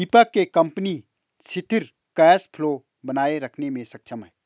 दीपक के कंपनी सिथिर cash flow बनाए रखने मे सक्षम है